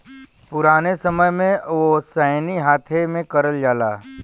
पुराने समय में ओसैनी हाथे से करल जाला